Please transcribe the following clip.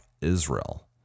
Israel